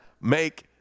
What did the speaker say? make